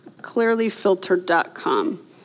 Clearlyfiltered.com